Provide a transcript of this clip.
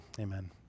Amen